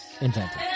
invented